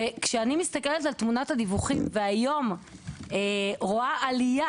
כשאני מסתכלת על תמונת הדיווחים והיום רואה עלייה,